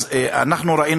אז אנחנו ראינו,